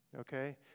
Okay